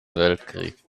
weltkrieg